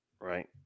right